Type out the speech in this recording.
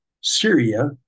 Syria